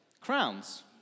crowns